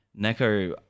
Neko